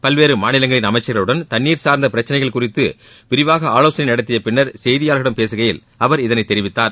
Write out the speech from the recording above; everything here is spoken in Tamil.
பல்வேறு மாநிலங்களின் அமைச்சர்களுடன் தண்ணீர் சார்ந்த பிரச்சனைகள் குறித்து விரிவாக ஆவோசனை நடத்திய பின்னர் செய்தியாளர்களிடம் பேசுகையில் அவர் இதனைத் தெரிவித்தார்